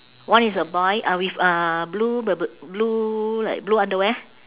one is a boy uh with uh blue b~ b~ blue like blue underwear